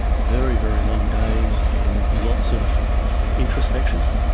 very, very long days and lots of introspection,